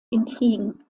intrigen